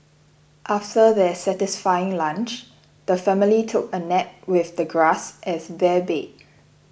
after their satisfying lunch the family took a nap with the grass as their bed